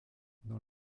dans